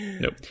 Nope